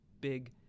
big